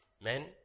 Men